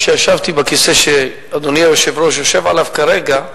כשישבתי בכיסא שאדוני היושב-ראש יושב עליו כרגע,